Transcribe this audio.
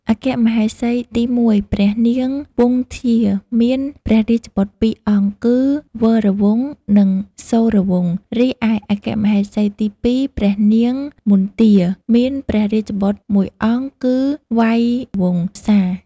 អគ្គមហេសីទី១ ព្រះនាងវង្សធ្យា មានព្រះរាជបុត្រពីរអង្គគឺ វរវង្ស និងសូរវង្ស រីឯអគ្គមហេសីទី២ ព្រះនាងមន្ទា មានព្រះរាជបុត្រមួយអង្គគឺ វៃវង្សា។។